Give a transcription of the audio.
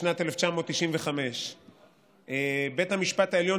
בשנת 1995. בית המשפט העליון,